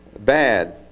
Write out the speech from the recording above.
bad